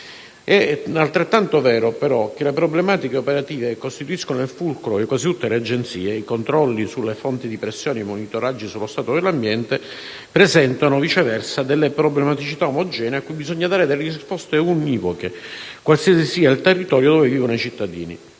È altrettanto vero, però, che le problematiche operative, che costituiscono il fulcro di quasi tutte le Agenzie, e i controlli sulle fonti di emissione e i monitoraggi sullo stato dell'ambiente presentano, viceversa, problematicità omogenee a cui bisogna dare risposte univoche, qualsiasi sia il territorio dove vivono i cittadini.